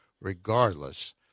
regardless